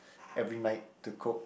every night to cook